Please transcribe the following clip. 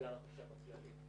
סגן החשב הכללי.